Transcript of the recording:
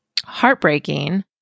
heartbreaking